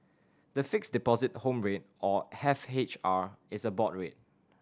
the Fixed Deposit Home Rate or F H R is a board rate